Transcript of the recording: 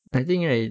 I think right